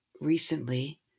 Recently